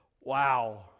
Wow